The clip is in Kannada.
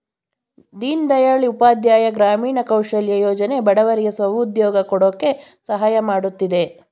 ದೀನ್ ದಯಾಳ್ ಉಪಾಧ್ಯಾಯ ಗ್ರಾಮೀಣ ಕೌಶಲ್ಯ ಯೋಜನೆ ಬಡವರಿಗೆ ಸ್ವ ಉದ್ಯೋಗ ಕೊಡಕೆ ಸಹಾಯ ಮಾಡುತ್ತಿದೆ